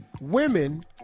Women